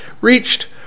reached